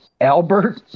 Albert